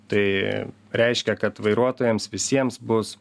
tai reiškia kad vairuotojams visiems bus